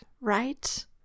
right